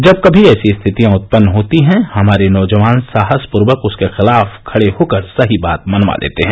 जब कमी ऐसी स्थितियां उत्पन्न होती हैं हमारे नौजवान साहसपर्वक उसके खिलाफ खडे होकर सही बात मनवा लेते हैं